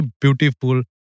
beautiful